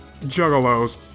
Juggalos